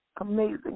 amazing